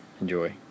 Enjoy